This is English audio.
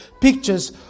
pictures